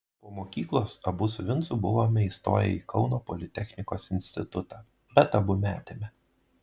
po mokyklos abu su vincu buvome įstoję į kauno politechnikos institutą bet abu metėme